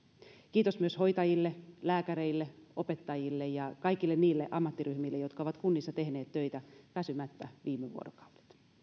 kiitos myös hoitajille lääkäreille opettajille ja kaikille niille ammattiryhmille jotka ovat kunnissa tehneet töitä väsymättä viime vuorokaudet